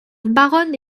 baronne